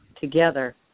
together